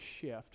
shift